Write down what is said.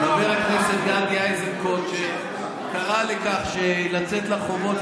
חבר הכנסת גדי איזנקוט קרא לצאת לרחובות,